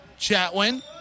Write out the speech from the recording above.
Chatwin